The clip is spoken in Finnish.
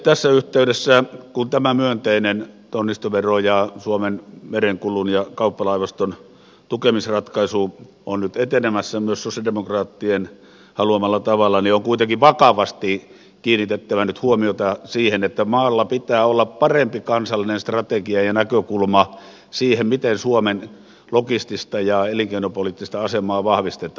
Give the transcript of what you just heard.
tässä yhteydessä kun tämä myönteinen tonnistovero ja suomen merenkulun ja kauppalaivaston tukemisratkaisu ovat nyt etenemässä myös sosialidemokraattien haluamalla tavalla niin on kuitenkin vakavasti kiinnitettävä huomiota siihen että maalla pitää olla parempi kansallinen strategia ja näkökulma siihen miten suomen logistista ja elinkeinopoliittista asemaa vahvistetaan